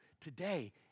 today